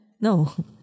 No